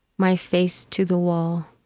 my face to the wall,